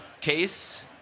case